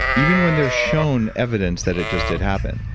even when they're shown evidence that it just did happen.